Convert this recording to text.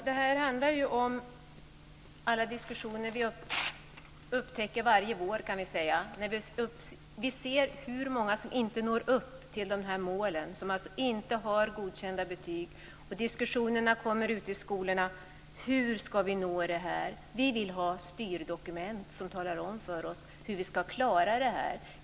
Herr talman! Det här handlar om att vi varje vår ser hur många som inte når upp till målen, som alltså inte har godkända betyg. Diskussionerna uppstår ute i skolorna om hur man ska nå detta. Man vill ha styrinstrument som talar om hur man ska klara det här.